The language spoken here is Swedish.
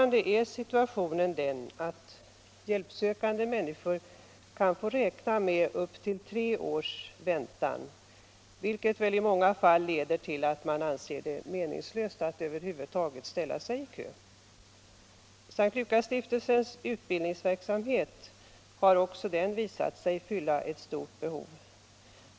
F. n. är situationen den att hjälpsökande människor kan få räkna med upp till tre års väntan, vilket väl i många fall leder till att man anser det meningslöst att över huvud taget ställa sig i kö. S:t Lukasstiftelsens utbildningsverksamhet har också den visat sig fylla stort behov.